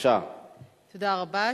תודה רבה.